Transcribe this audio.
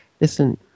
listen